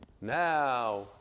Now